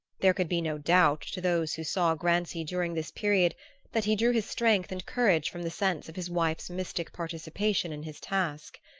there could be no doubt to those who saw grancy during this period that he drew his strength and courage from the sense of his wife's mystic participation in his task.